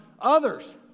others